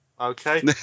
Okay